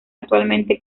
actualmente